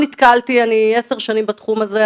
אני עשר שנים בתחום הזה,